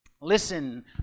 Listen